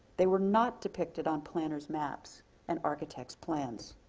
they were not depicted on planner's maps an architect's plans.